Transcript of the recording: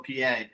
PA